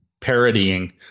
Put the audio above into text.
parodying